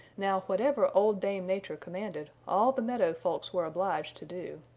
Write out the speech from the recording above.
now whatever old dame nature commanded all the meadow folks were obliged to do.